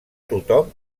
tothom